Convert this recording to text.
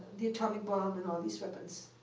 the atomic bomb and all these weapons.